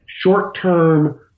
short-term